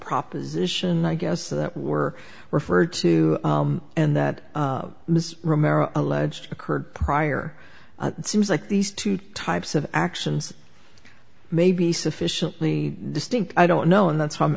proposition i guess that were referred to and that mr rimmer alleged occurred prior it seems like these two types of actions maybe sufficiently distinct i don't know and that's why i'm